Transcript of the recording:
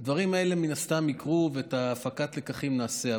הדברים האלה מן הסתם יקרו ואת הפקת הלקחים נעשה,